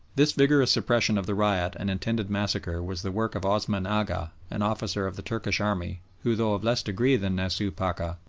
this vigorous suppression of the riot and intended massacre was the work of osman agha, an officer of the turkish army who, though of less degree than nasooh pacha,